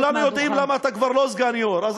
וכולנו יודעים למה אתה כבר לא סגן יו"ר.